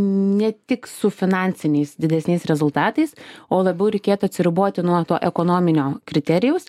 ne tik su finansiniais didesniais rezultatais o labiau reikėtų atsiriboti nuo to ekonominio kriterijaus